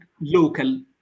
local